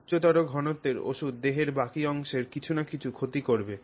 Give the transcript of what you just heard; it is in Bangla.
উচ্চতর ঘনত্বের ওষুধ দেহের বাকী অংশের কিছু না কিছু ক্ষতি করবে